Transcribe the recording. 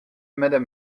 madame